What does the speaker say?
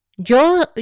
Yo